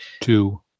two